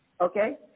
okay